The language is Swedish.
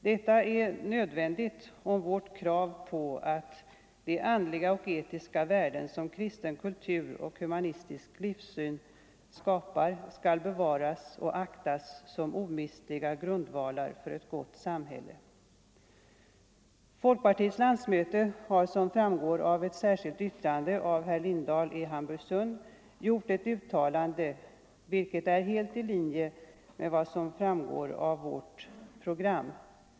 Detta är en nödvändig följd av vårt krav att de ”andliga och etiska värden som kristen kultur och humanistisk livssyn skapar skall bevaras och aktas som omistliga grundvalar för ett gott samhälle”. Folkpartiets landsmöte har, som framgår av ett särskilt yttrande av herr Lindahl i Hamburgsund, gjort ett uttalande, vilket är helt i linje med vad som sägs i programmet.